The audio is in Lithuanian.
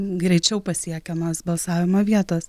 greičiau pasiekiamos balsavimo vietos